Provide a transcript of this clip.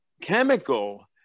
chemical